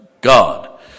God